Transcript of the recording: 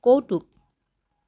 কৌতুক